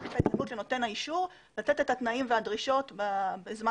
את ההזדמנות לנותן האישור לתת את התנאים ואת הדרישות בזמן